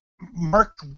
Mark